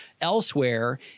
elsewhere